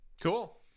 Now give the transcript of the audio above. cool